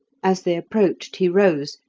as they approached he rose,